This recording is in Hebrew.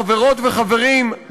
חברות וחברים,